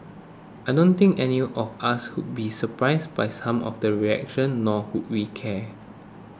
I don't think anyone of us would be surprised by some of the reaction nor would we cared